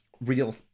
real